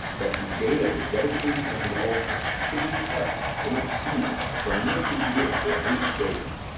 that the day of the dedication of the altar should be kept in its season from year to year for eight days,